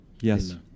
Yes